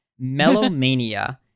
Melomania